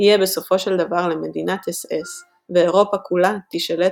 יהיה בסופו של דבר ל"מדינת אס־אס" ואירופה כולה תישלט